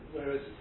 Whereas